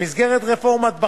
במסגרת רפורמת בכר.